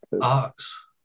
ox